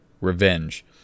revenge